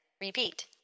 Repeat